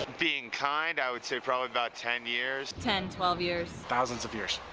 being kind, i would say probably about ten years. ten, twelve years. thousands of years.